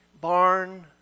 barn